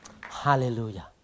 Hallelujah